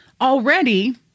Already